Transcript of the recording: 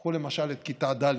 קחו למשל את כיתה ד',